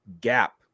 gap